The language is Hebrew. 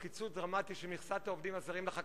או על קיצוץ דרמטי של מכסת העובדים הזרים לחקלאים,